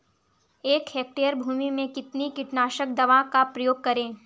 एक हेक्टेयर भूमि में कितनी कीटनाशक दवा का प्रयोग करें?